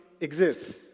exists